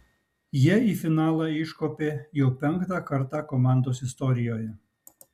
jie į finalą iškopė jau penktą kartą komandos istorijoje